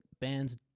bands